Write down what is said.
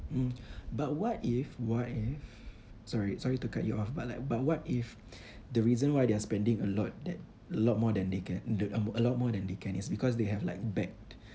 mm but what if what if sorry sorry to cut you off but like but what if the reason why they are spending a lot that a lot more than they can the a lot more than they can is because they have like back~